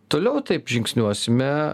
toliau taip žingsniuosime